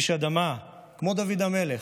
איש אדמה, כמו דוד המלך.